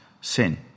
sin